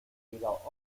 weder